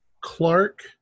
Clark